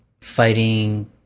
fighting